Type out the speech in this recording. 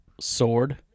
sword